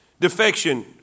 defection